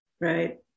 Right